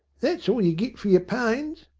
that's all you git for yer pains.